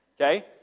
Okay